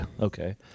Okay